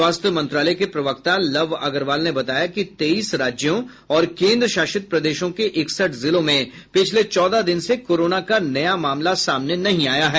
स्वास्थ्य मंत्रालय के प्रवक्ता लव अग्रवाल ने बताया कि तेईस राज्यों और केन्द्रशासित प्रदेशों के इकसठ जिलों में पिछले चौदह दिन से कोरोना का नया मामला सामने नहीं आया है